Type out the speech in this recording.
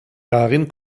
darin